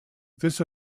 this